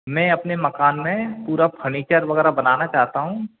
मे अपने मकान में पूरा फर्नीचर वग़ैरह बनाना चाहता हूँ